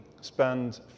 spend